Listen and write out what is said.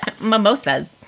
Mimosas